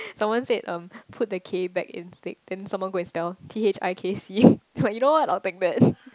someone said um put the K back in thicc someone go and spell T_H_I_K_C you know what I'll take that